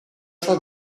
sua